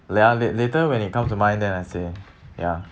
well late later when it comes to mind then I say ya